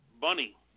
bunny